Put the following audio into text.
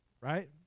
right